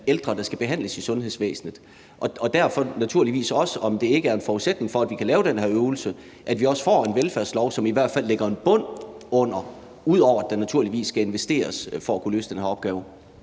ældre, der skal behandles i sundhedsvæsenet, og om det derfor ikke også er en forudsætning for, at vi kan lave den her øvelse, at vi får en velfærdslov, som i hvert fald lægger en bund under det – ud over at der naturligvis skal investeres for at kunne løse den her opgave.